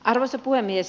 arvoisa puhemies